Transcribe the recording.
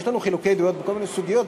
יש לנו חילוקי דעות בכל מיני סוגיות,